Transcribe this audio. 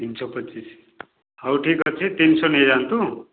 ତିନିଶହ ପଚିଶି ହଉ ଠିକ୍ ଅଛି ତିନିଶହ ନେଇଯାନ୍ତୁ